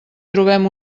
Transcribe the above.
trobem